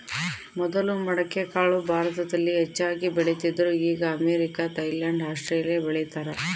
ಮೊದಲು ಮಡಿಕೆಕಾಳು ಭಾರತದಲ್ಲಿ ಹೆಚ್ಚಾಗಿ ಬೆಳೀತಿದ್ರು ಈಗ ಅಮೇರಿಕ, ಥೈಲ್ಯಾಂಡ್ ಆಸ್ಟ್ರೇಲಿಯಾ ಬೆಳೀತಾರ